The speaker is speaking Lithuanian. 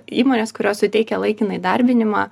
įmones kurios suteikia laikiną įdarbinimą